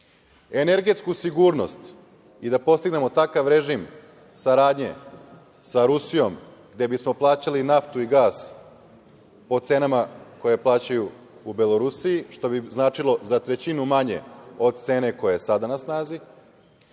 energetsku sigurnost i da postignemo takav režim saradnje sa Rusijom, gde bismo plaćali naftu i gas po cenama koje plaćaju u Belorusiji, što bi značilo za trećinu manje od cene koja je sada na snazi